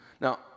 Now